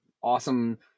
awesome